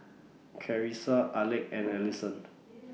Carissa Alek and Allyson